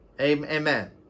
Amen